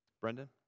Brendan